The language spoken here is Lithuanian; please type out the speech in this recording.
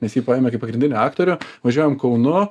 nes jį paėmė kaip pagrindinį aktorių važiuojam kaunu